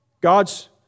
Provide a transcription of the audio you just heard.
God's